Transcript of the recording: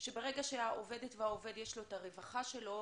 שברגע שהעובדת והעובד יש לו את הרווחה שלו,